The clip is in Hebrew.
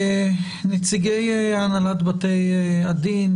נציגי הנהלת בתי הדין,